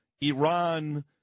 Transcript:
Iran